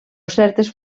certes